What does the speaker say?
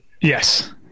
Yes